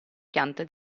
piante